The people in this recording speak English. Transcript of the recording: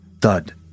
Thud